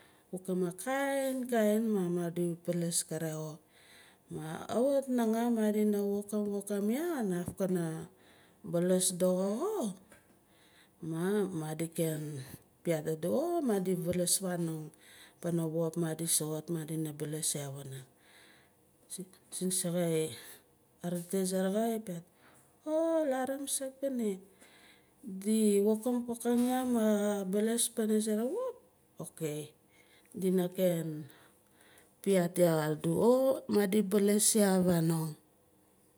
Wokang a kainkain ma madi balas kare xo. Kajwit nanga dina wokim wokim yah kanaf kana balas doxo xo maa madi ken piaat oh madi balaas fanong pana pop madi soxot madina balas pana. Singsaxai arete surugu ka piat oh larim sik bene di wokang wokang yah ka baalas pana sere pop ole dina ken piaat yah adu oh madi baalas yah fanong.